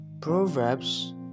Proverbs